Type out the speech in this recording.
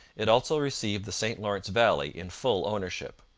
it also received the st lawrence valley in full ownership.